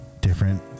Different